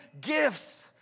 gifts